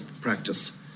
practice